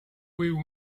will